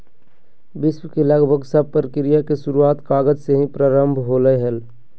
विश्व के लगभग सब प्रक्रिया के शुरूआत कागज से ही प्रारम्भ होलय हल